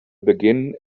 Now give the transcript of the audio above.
begin